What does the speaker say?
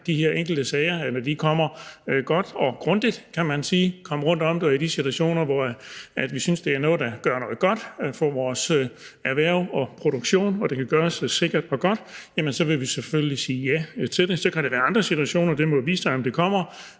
de her enkelte sager, og så vi kommer godt og grundigt rundt om det. Og i de situationer, hvor vi synes det er noget, der gør noget godt for vores erhverv og produktion, og hvor det kan gøres sikkert og godt, vil vi selvfølgelig sige ja til det. Så kan der være andre situationer – det må vise sig, om de kommer